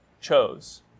chose